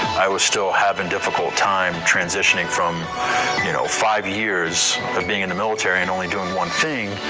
i was still having difficult time transitioning from you know five years of being in the military and only doing one thing.